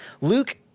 Luke